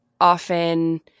often